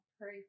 pray